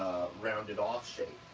rounded off shape.